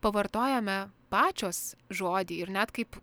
pavartojame pačios žodį ir net kaip